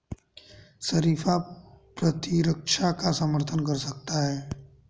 शरीफा प्रतिरक्षा का समर्थन कर सकता है